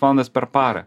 valandas per parą